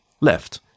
left